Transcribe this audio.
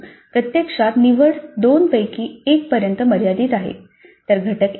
परंतु प्रत्यक्षात निवड 2 पैकी 1 पर्यंत मर्यादित आहे